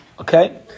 Okay